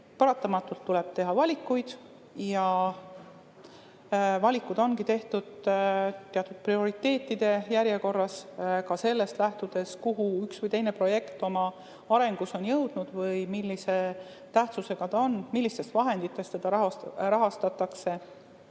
Paratamatult tuleb teha valikuid ja valikud on tehtud teatud prioriteetide järjekorras, ka sellest lähtudes, kuhu üks või teine projekt on oma arengus jõudnud või millise tähtsusega ta on ja millistest vahenditest seda rahastatakse.